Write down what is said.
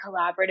collaborative